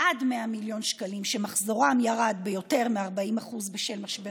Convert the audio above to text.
עד 100 מיליון שקלים שמחזורם ירד ביותר מ-40% בשל משבר